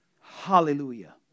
Hallelujah